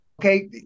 okay